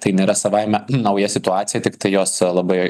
tai nėra savaime nauja situacija tiktai jos labai